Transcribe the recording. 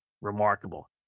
Remarkable